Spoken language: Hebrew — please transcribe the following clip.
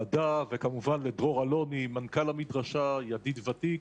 פרומן וכמובן לדרור אלוני מנכ"ל המדרשה וידיד וותיק,